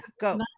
go